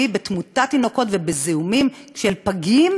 בתמותת תינוקות ובזיהומים של פגים,